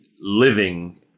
living